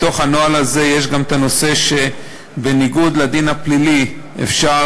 בתוך הנוהל הזה יש גם, שבניגוד לדין הפלילי אפשר,